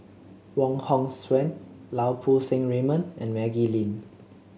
Wong Hong Suen Lau Poo Seng Raymond and Maggie Lim